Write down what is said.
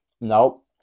Nope